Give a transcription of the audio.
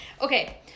Okay